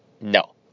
No